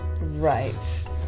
Right